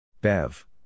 Bev